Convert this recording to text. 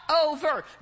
over